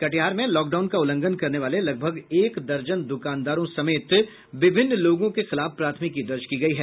कटिहार में लॉकडाउन का उल्लंघन करने वाले लगभग एक दर्जन द्रकानदारों समेत विभिन्न लोगों के खिलाफ प्राथमिकी दर्ज की गयी है